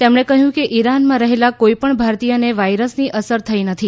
તેમણે કહ્યું કે ઇરાનમાં રહેલા કોઇપણ ભારતીયને વાયરસની અસર થઇ નથી